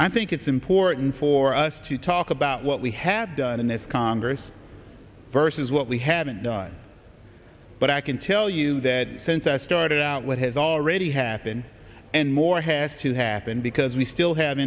i think it's important for us to talk about what we had in this congress versus what we haven't died but i can tell you that since i started out what has already happened and more has to happen because we still have